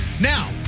Now